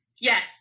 Yes